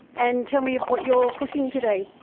and tell me what you're cooking today.